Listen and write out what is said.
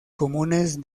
comunes